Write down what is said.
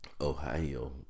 Ohio